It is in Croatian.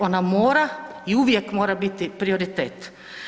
Ona mora i uvijek mora biti prioritet.